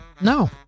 No